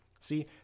See